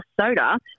soda